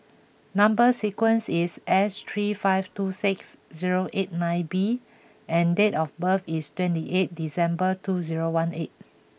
number sequence is S three five two six zero eight nine B and date of birth is twenty eight December two zero one eight